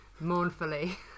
Mournfully